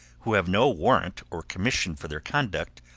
who have no warrant or commission for their conduct,